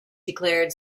declared